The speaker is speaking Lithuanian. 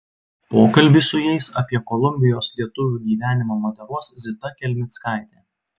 pokalbį su jais apie kolumbijos lietuvių gyvenimą moderuos zita kelmickaitė